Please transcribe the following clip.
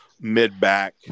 mid-back